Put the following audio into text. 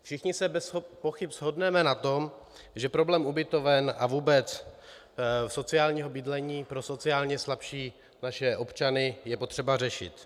Všichni se bez pochyb shodneme na tom, že problém ubytoven a vůbec sociálního bydlení pro naše sociálně slabší občany je potřeba řešit.